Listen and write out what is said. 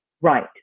right